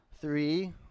three